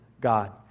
God